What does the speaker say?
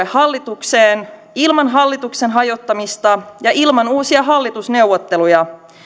hallitukseen ilman hallituksen hajottamista ja ilman uusia hallitusneuvotteluja